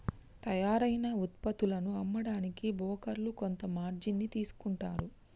తయ్యారైన వుత్పత్తులను అమ్మడానికి బోకర్లు కొంత మార్జిన్ ని తీసుకుంటారు